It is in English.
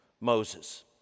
Moses